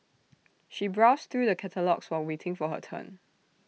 she browsed through the catalogues while waiting for her turn